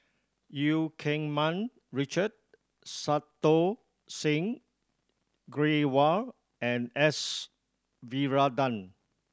Eu Keng Mun Richard Santokh Singh Grewal and S Varathan